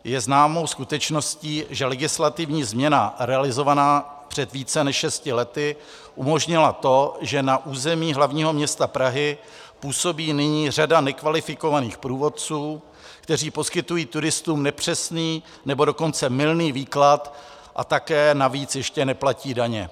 Je známou skutečností, že legislativní změna realizovaná před více než šesti lety umožnila to, že na území hlavního města Prahy působí nyní řada nekvalifikovaných průvodců, kteří poskytují turistům nepřesný, nebo dokonce mylný výklad, a tak navíc ještě neplatí daně.